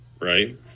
right